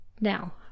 Now